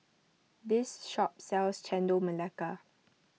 this shop sells Chendol Melaka